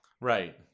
Right